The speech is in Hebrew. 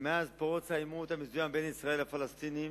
מאז פרוץ העימות המזוין בין ישראל לפלסטינים,